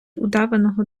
удаваного